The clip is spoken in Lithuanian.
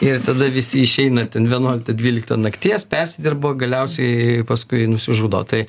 ir tada visi išeina ten vienuoliktą dvyliktą nakties persidirba galiausiai paskui nusižudo tai